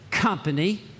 Company